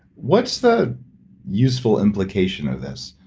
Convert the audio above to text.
what's the useful implication of this?